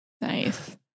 nice